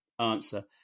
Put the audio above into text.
answer